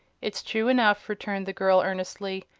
it's true enough, returned the girl, earnestly.